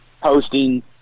posting